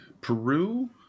Peru